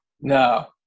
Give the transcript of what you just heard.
No